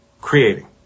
creating